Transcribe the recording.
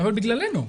אבל בגללנו,